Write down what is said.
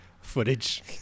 footage